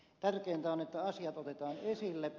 tärkeintä on että asiat otetaan esille